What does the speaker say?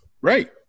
right